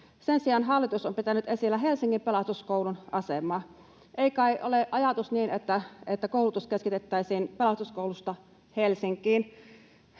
Sen sijaan hallitus on pitänyt esillä Helsingin Pelastuskoulun asemaa. Ei kai ole ajatus niin, että koulutus keskitettäisiin Pelastusopistosta Helsinkiin?